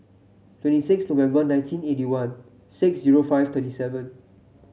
twenty six November nineteen eighty one six zero five thirty seven